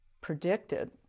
predicted